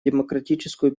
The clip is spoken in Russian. демократическую